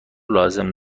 لازم